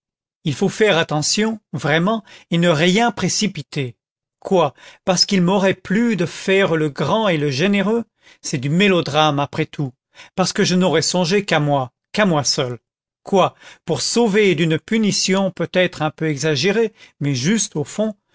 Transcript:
il faut faire attention vraiment et ne rien précipiter quoi parce qu'il m'aura plu de faire le grand et le généreux c'est du mélodrame après tout parce que je n'aurai songé qu'à moi qu'à moi seul quoi pour sauver d'une punition peut-être un peu exagérée mais juste au fond